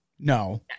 No